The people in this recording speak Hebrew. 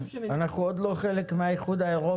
אנחנו עוד לא חלק מהאיחוד האירופי.